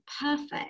perfect